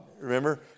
Remember